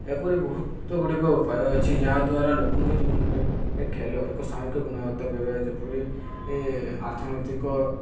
ଏପରି ବହୁତ ଗୁଡ଼ିକ ଉପାୟ ଅଛି ଯାହା ଦ୍ୱାରା ଲୋକଙ୍କ ଜୀବନରେ ଖେଳ ଏକ ସାମୁହିକ ଗୁଣବତ୍ତା କରିପାରେ ଯେପରି ଆର୍ଥନୈତିକ